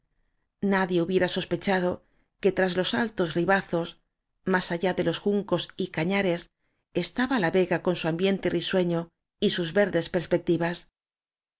nadie hubiera sospechado que tras los altos ribazos